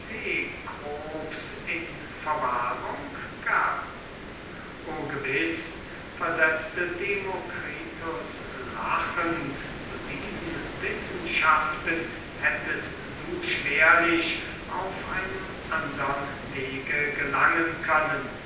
in verwahrung gab o gewiß versetzte demokritus lachend zu diesen wissenschaften hättest du schwerlich auf einem andern wege gelangen können